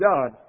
God